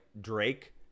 Drake